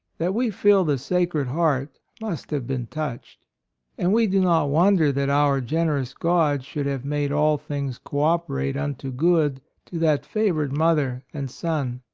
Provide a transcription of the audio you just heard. that we feel the sacred heart must have been touched and we do not wonder that our generous god should have made all things co operate unto good to that favored mother and son,